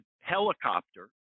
helicopter